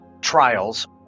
trials